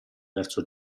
verso